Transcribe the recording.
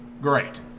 Great